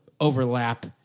overlap